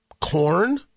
corn